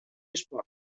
esport